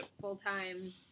full-time